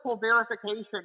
verification